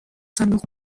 صندوق